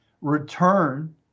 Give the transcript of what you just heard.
return